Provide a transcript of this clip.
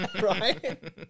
right